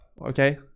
okay